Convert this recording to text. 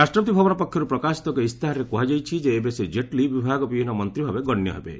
ରାଷ୍ଟ୍ରପତି ଭବନ ପକ୍ଷରୁ ପ୍ରକାଶିତ ଏକ ଇସ୍ତାହାରରେ କୁହାଯାଇଛି ଯେ ଏବେ ଶ୍ରୀ ଜେଟ୍ଲୀ ବିଭାଗ ବିହୀନ ମନ୍ତ୍ରୀ ଭାବେ ଗଣ୍ୟ ହେବେ